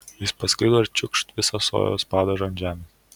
jis paslydo ir tik čiūkšt visą sojos padažą ant žemės